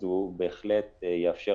הוא בהחלט יאפשר,